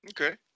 Okay